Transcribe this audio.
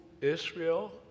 Israel